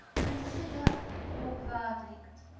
consider your verdict,